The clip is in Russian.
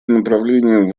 направлением